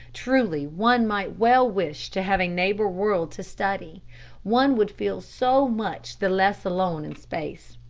truly one might well wish to have a neighbor world to study one would feel so much the less alone in space.